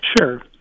Sure